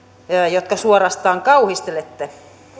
jotka suorastaan kauhistelette